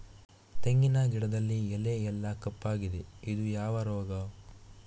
ತೆಂಗಿನ ಗಿಡದಲ್ಲಿ ಎಲೆ ಎಲ್ಲಾ ಕಪ್ಪಾಗಿದೆ ಇದು ಯಾವ ರೋಗ?